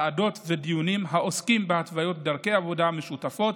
ועדות ודיונים העוסקים בהתוויות דרכי עבודה משותפות